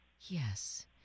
Yes